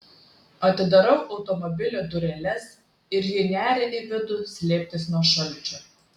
atidarau automobilio dureles ir ji neria į vidų slėptis nuo šalčio